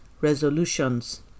resolutions